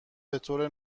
بطور